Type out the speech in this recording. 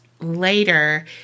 later